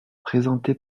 présenté